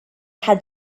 had